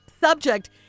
Subject